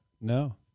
No